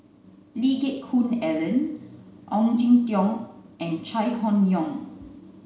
Lee Geck Hoon Ellen Ong Jin Teong and Chai Hon Yoong